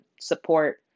support